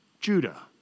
Judah